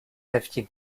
heftchen